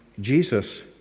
Jesus